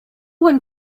one